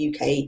UK